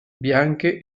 bianche